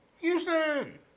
Houston